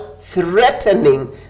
threatening